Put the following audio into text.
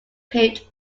paved